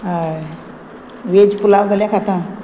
हय वेज पुलाव जाल्या खातां